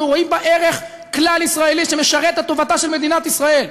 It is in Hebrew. אנחנו רואים בה ערך כלל-ישראלי שמשרת את טובתה של מדינת ישראל.